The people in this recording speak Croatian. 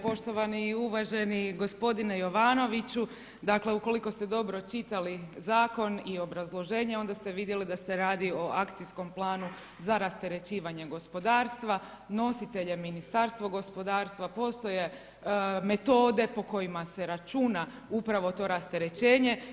Poštovani i uvaženi gospodine Jovanoviću, dakle u koliko ste dobro čitali zakon i obrazloženje, onda ste vidjeli d ste radi o akcijskom planu za rasterećivanje gospodarstva, nositelj je Ministarstvo gospodarstva, postoje metode po kojima se računa upravo to rasterećenje.